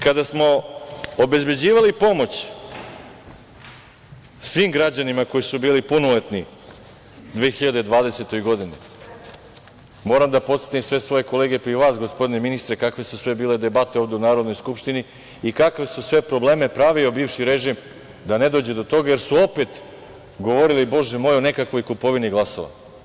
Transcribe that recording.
Kada smo obezbeđivali pomoć svim građanima koji su bili punoletni u 2020. godini, moram da podsetim sve svoje kolege, pa i vas, gospodine ministre, kakve su sve bile debate ovde u Narodnoj skupštini i kakve je sve probleme pravio bivši režim da ne dođe do toga, jer su opet govorili, Bože moj, o nekakvoj kupovini glasova.